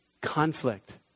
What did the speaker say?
conflict